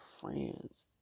friends